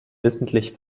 wissentlich